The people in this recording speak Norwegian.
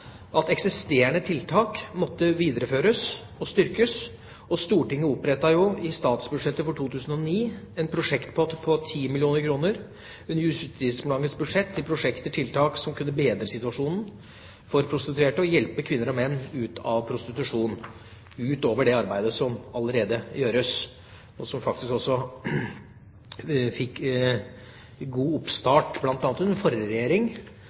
at eksisterende tiltak måtte videreføres og styrkes. Stortinget opprettet i statsbudsjettet for 2009 en prosjektpott på 10 mill. kr under Justisdepartementets budsjett til prosjekter/tiltak som kunne bedre situasjonen for prostituerte, og hjelpe kvinner og menn ut av prostitusjon – utover det arbeidet som allerede gjøres, og som faktisk også fikk en god oppstart, bl.a. under den forrige